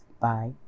Bye